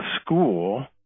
school